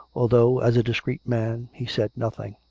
although, as a discreet man, he said nothing.